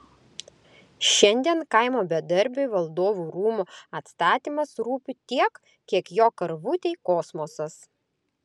šiandien kaimo bedarbiui valdovų rūmų atstatymas rūpi tiek kiek jo karvutei kosmosas